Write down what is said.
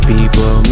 People